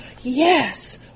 yes